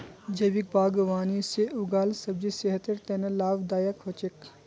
जैविक बागवानी से उगाल सब्जी सेहतेर तने लाभदायक हो छेक